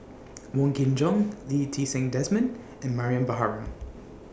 Wong Kin Jong Lee Ti Seng Desmond and Mariam Baharom